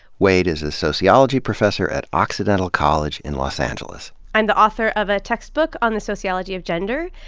wade is a sociology professor at occidental college in los angeles. i'm the author of a textbook on the sociology of gender.